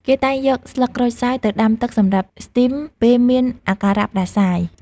គេតែងយកស្លឹកក្រូចសើចទៅដាំទឹកសម្រាប់ស្ទីម ពេលមានអាការៈផ្តាសាយ។